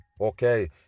okay